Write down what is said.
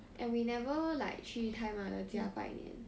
and we never like 去太妈的家拜年